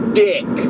dick